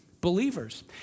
believers